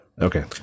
Okay